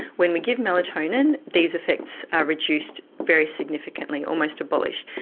when we give melatonin these effects are reduced very significantly, almost abolished.